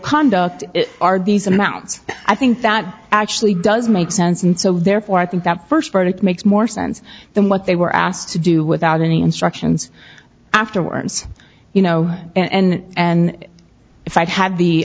conduct are these amounts i think that actually does make sense and so therefore i think that first verdict makes more sense than what they were asked to do without any instructions afterwards you know and if i'd had the